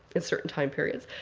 in certain time periods.